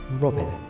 Robin